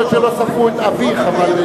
יכול להיות שלא ספרו את אביך, אבל,